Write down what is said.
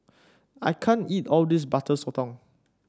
I can't eat all of this Butter Sotong